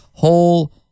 Whole